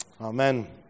Amen